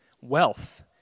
wealth